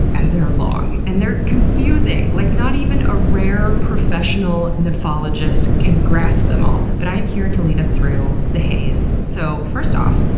and they're long. and they're confusing. like, not even a rare professional nephologist can grasp them all. but i'm here to lead us through the haze. so first off,